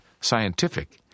scientific